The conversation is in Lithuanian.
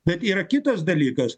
bet yra kitas dalykas